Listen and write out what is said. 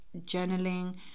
journaling